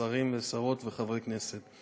שרים ושרות וחברי כנסת,